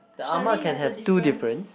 the ah ma can have two difference